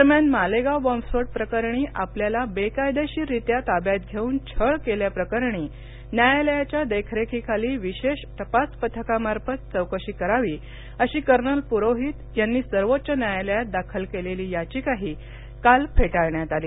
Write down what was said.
दरम्यान मालेगाव बॉम्बस्फोट प्रकरणी आपल्याला बेकायदेशीररीत्या ताब्यात घेवून छळ केल्याबद्दल न्यायालयाच्या देखरेखी खाली विशेष तपास पथकामार्फत चौकशी करावी अशी कर्नल प्रोहित यांनी सर्वोच्च न्यायालयात दाखल केलेली याचिकाहि काल फेटाळण्यात आली